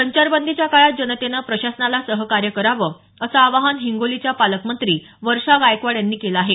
संचारबंदीच्या काळात जनतेनं प्रशासनाला सहकार्य करावं असं आवाहन हिंगोलीच्या पालकमंत्री वर्षा गायकवाड यांनी केलं आहे